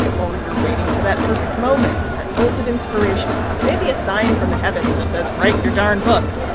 or you're waiting for that perfect moment, that bolt of inspiration, maybe a sign from the heavens that says, write your darn book.